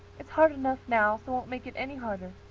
it's hard enough now, so i won't make it any harder.